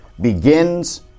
begins